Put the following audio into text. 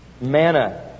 manna